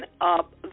up